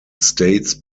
states